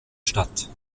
statt